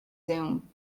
zoom